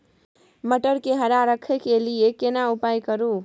मटर के हरा रखय के लिए केना उपाय करू?